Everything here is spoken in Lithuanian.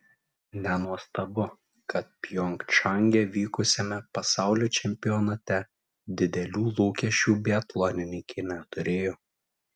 nenuostabu kad pjongčange vykusiame pasaulio čempionate didelių lūkesčių biatlonininkė neturėjo